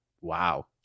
wow